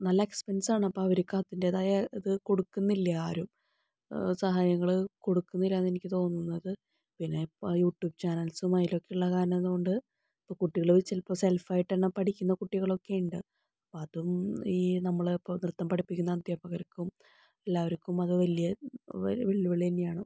നല്ല എക്സ്പെൻസാണ് അപ്പം അവർക്ക് അതിൻ്റെതായ ഇത് കൊടുക്കുന്നില്ല ആരും സഹായങ്ങള് കൊടുക്കുന്നില്ലാന്ന് എനിക്ക് തോന്നുന്നത് പിന്നെ ഇപ്പോൾ യൂട്യൂബ് ചാനൽസും അതിലൊക്കെയുള്ള കാരണമെന്ന് കൊണ്ട് ഇപ്പോൾ കുട്ടികള് ചിലപ്പോൾ സെൽഫായിട്ട് തന്നെ പഠിക്കുന്ന കുട്ടികളൊക്കെയുണ്ട് അപ്പോൾ അതും ഈ നമ്മള് ഇപ്പോൾ നൃത്തം പഠിപ്പിക്കുന്ന അധ്യാപകർക്കും എല്ലാവർക്കും അത് വലിയ വെല്ലുവിളി തന്നെയാണ്